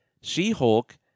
She-Hulk